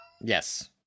Yes